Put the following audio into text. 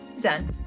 Done